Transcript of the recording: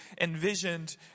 envisioned